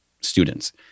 students